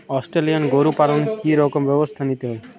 Australian গরু পালনে কি রকম ব্যবস্থা নিতে হয়?